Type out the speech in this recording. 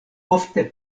ofte